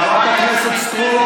חברת הכנסת סטרוק,